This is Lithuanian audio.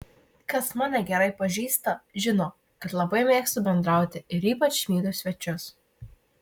kas mane gerai pažįsta žino kad labai mėgstu bendrauti ir ypač myliu svečius